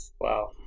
Wow